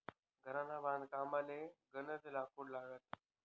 घरना बांधकामले गनज लाकूड लागस